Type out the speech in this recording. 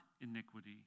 iniquity